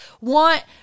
want